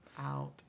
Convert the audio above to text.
out